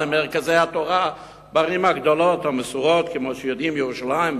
למרכזי התורה בערים הגדולות והמסורתיות כמו ירושלים,